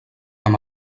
amb